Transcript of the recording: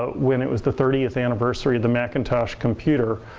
ah when it was the thirtieth anniversary of the macintosh computer.